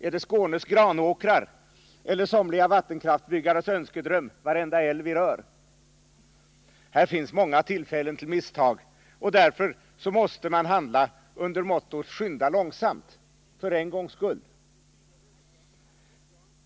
Är det Skånes granåkrar eller somliga vattenkraftbyggares önskedröm — varenda älv vi rör? Här finns många tillfällen till misstag, och därför måste man handla under mottot skynda långsamt, för en gångs skull.